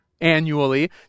annually